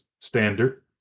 standard